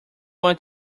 want